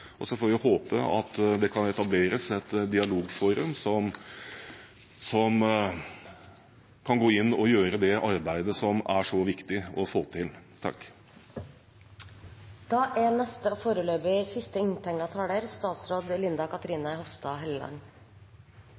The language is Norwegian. og så får vi håpe at det kan etableres et dialogforum som kan gå inn og gjøre det arbeidet som er så viktig å få til. Jeg ønsker å starte mitt innlegg med å takke komiteen, først og